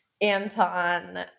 Anton –